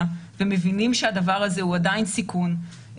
ומבינים שהדבר הזה הוא עדיין סיכון,